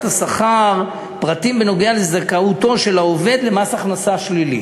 השכר פרטים בנוגע לזכאותו של העובד למס הכנסה שלילי"